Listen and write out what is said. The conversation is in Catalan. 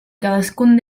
cadascun